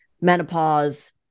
menopause